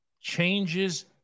changes